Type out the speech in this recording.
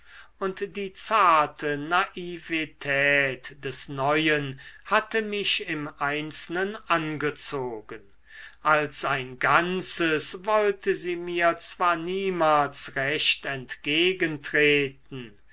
und die zarte naivetät des neuen hatte mich im einzelnen angezogen als ein ganzes wollte sie mir zwar niemals recht entgegentreten